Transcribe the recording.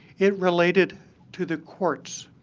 it related to the courts.